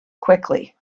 quickly